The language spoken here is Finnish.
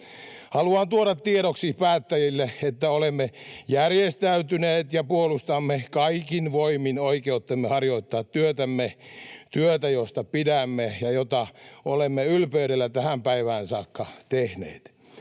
Haluan tuoda tiedoksi päättäjille, että olemme järjestäytyneet ja puolustamme kaikin voimin oikeuttamme harjoittaa työtämme, työtä, josta pidämme ja jota olemme ylpeydellä tähän päivään saakka tehneet.